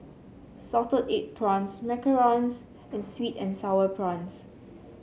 Salted Egg Prawns Macarons and sweet and sour prawns